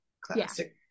classic